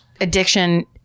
addiction